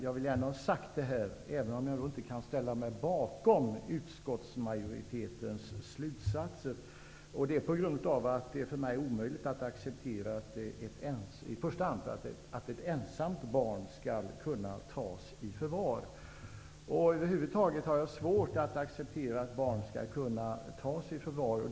Jag vill gärna ha sagt det, även om jag inte kan ställa mig bakom utskottsmajoritetens slutsatser. Det är för mig omöjligt att accepera att ett ensamt barn skall kunna tas i förvar. Jag har över huvud taget svårt att acceptera att barn skall kunna tas i förvar.